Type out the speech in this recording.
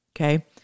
okay